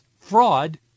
fraud